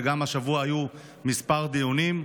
וגם השבוע היו כמה דיונים,